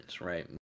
right